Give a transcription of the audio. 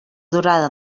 durada